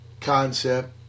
concept